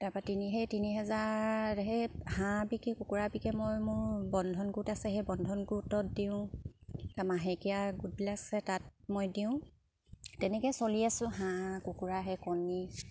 তাৰপা তিনি সেই তিনি হাজাৰ সেই হাঁহ বিকি কুকুৰা বিকি মই মোৰ বন্ধন গোট আছে সেই বন্ধন গোটত দিওঁ মাহেকীয়া গোটবিলাক আছে তাত মই দিওঁ তেনেকৈ চলি আছোঁ হাঁহ কুকুৰা সেই কণী